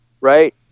right